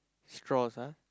straws ah